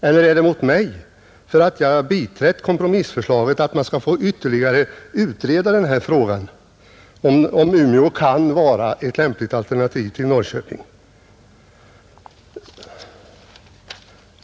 Eller är det mot mig för att jag biträtt kompromissförslaget att man skall få ytterligare utreda frågan om Umeå kan vara ett lämpligt alternativ till Norrköping?